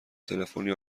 تلفنی